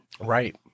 Right